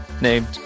named